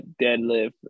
deadlift